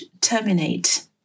terminate